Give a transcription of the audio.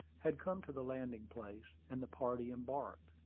had come to the landing-place, and the party embarked.